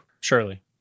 surely